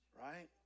Right